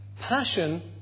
passion